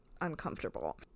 uncomfortable